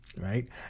right